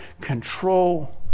control